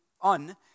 on